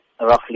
roughly